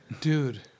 Dude